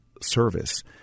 service